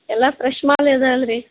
ಎಲ್ಲ ಫ್ರೆಶ್ ಮಾಲೆ ಅದ ಅಲ್ಲ ರೀ